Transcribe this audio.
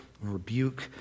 rebuke